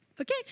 Okay